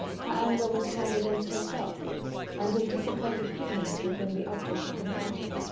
her anger was turned against herself and his disappointed feelings became the object of compassion.